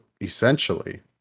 essentially